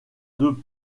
deux